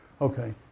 Okay